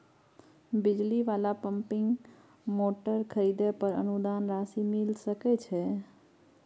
बिजली वाला pumping motor खरीदे पर अनुदान राशि मिल सके छैय?